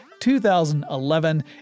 2011